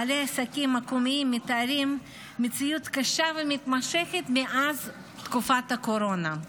בעלי עסקים מקומיים מתארים מציאות קשה ומתמשכת מאז תקופת הקורונה.